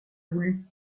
voulu